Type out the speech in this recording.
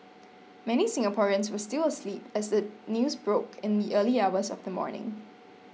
many Singaporeans were still asleep as the news broke in the early hours of the morning